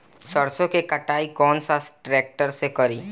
सरसों के कटाई कौन सा ट्रैक्टर से करी?